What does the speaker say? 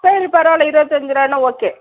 சரி பரவாயில்லை இருவத்தஞ்சு ருபான்னா ஓகே